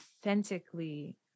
authentically